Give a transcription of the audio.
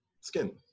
skin